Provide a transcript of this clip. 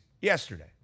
yesterday